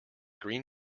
green